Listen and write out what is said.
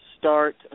start